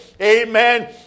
Amen